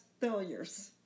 failures